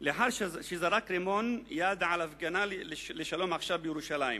לאחר שזרק רימון יד בהפגנה של "שלום עכשיו" בירושלים.